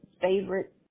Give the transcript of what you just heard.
favorite